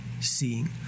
seeing